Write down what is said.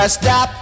stop